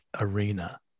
arena